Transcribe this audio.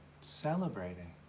celebrating